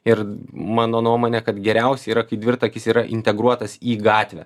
ir mano nuomone kad geriausia yra kai dvirtakis yra integruotas į gatvę